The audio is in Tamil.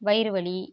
வயிற்று வலி